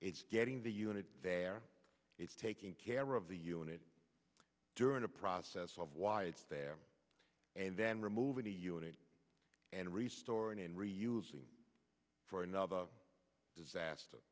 it's getting the unit there it's taking care of the unit during the process of why it's there and then removing the unit and re storing and reusing for another disaster